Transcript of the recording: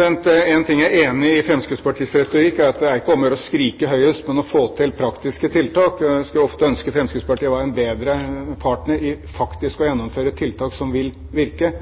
Én ting jeg er enig i når det gjelder Fremskrittspartiets retorikk, er at det er ikke om å gjøre å skrike høyest, men å få til praktiske tiltak. Jeg skulle ønske Fremskrittspartiet ofte var en bedre partner med hensyn til å gjennomføre tiltak som vil virke.